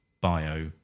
bio